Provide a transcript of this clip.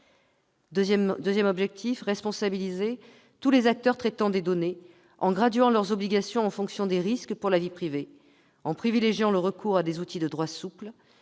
Deuxièmement, il responsabilise tous les acteurs traitant des données en graduant leurs obligations en fonction des risques pour la vie privée, en privilégiant le recours à des outils de droit souple